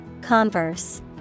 Converse